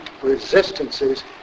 resistances